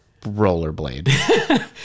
rollerblade